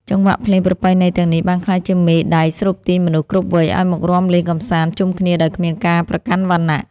ចង្វាក់ភ្លេងប្រពៃណីទាំងនេះបានក្លាយជាមេដែកស្រូបទាញមនុស្សគ្រប់វ័យឱ្យមករាំលេងកម្សាន្តជុំគ្នាដោយគ្មានការប្រកាន់វណ្ណៈ។